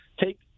take